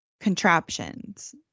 contraptions